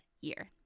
year